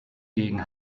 gegen